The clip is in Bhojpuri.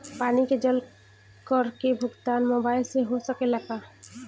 पानी के जल कर के भुगतान मोबाइल से हो सकेला का?